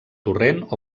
torrent